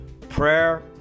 Prayer